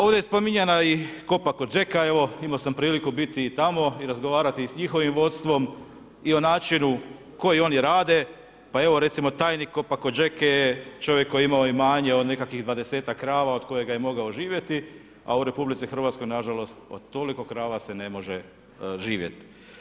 Ovdje je spominjana i Copa-cogeca, evo imao sam priliku biti i tamo i razgovarati i s njihovim vodstvom i o načinu na koji oni rade, evo recimo tajnik Copa-cogece je čovjek koji je imao imanje od nekakvih 20-ak krava od kojega je mogao živjeti, a u RH nažalost od toliko krava se ne može živjet.